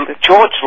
George